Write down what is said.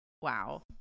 Wow